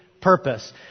purpose